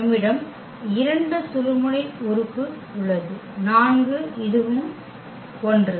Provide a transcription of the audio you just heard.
நம்மிடம் 2 சுழுமுனை உறுப்பு உள்ளது 4 இதுவும் இது 1